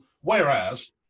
whereas